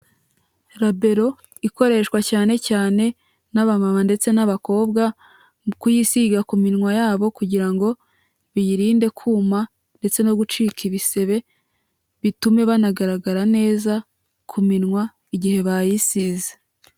Rabero ikoreshwa cyane cyane n'abamama ndetse n'abakobwa mu kuyisiga ku minwa yabo kugira ngo biyirinde kuma ndetse no gucika ibisebe bitume banagaragara neza ku minwa igihe bayisize.